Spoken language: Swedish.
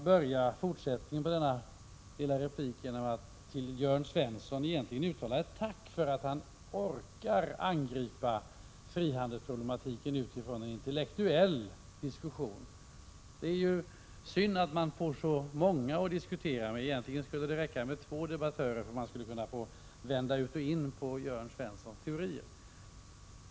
I fortsättningen på denna korta replik skulle jag vilja uttala ett tack till Jörn Svensson för att han orkar angripa frihandelsproblematiken utifrån en intellektuell diskussion. Det är synd att man får så många att diskutera med. Egentligen skulle det räcka med två debattörer, så att man skulle kunna få vända ut och in på Jörn Svenssons teorier.